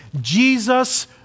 Jesus